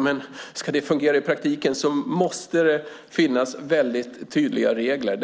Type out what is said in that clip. Men om det ska fungera i praktiken måste det finnas tydliga regler;